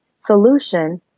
solution